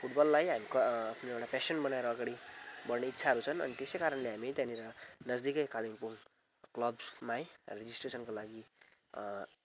फुटबललाई हामी एउटा पेसन बनाएर अगाडि बढ्ने इच्छाहरू छन् अनि त्यसै कारणले हामीले त्यहाँनिर नजदिकै कालिम्पोङ क्लबमा है हामी रेजिस्ट्रेसनको लागि